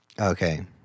Okay